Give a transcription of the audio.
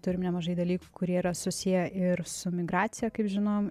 turime nemažai dalykų kurie yra susiję ir su migracija kaip žinom